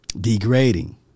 Degrading